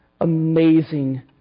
amazing